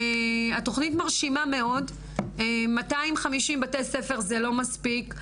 התוכנית מרשימה מאוד, 250 בתי ספר זה לא מספיק.